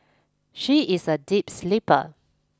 she is a deep sleeper